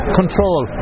control